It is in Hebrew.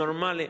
נורמלי,